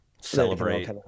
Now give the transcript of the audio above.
celebrate